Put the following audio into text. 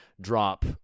drop